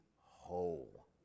whole